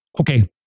okay